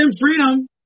Freedom